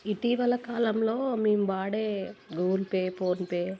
ఇటివల కాలంలో మేము వాడే గూగుల్ పే ఫోన్పే